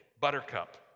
Buttercup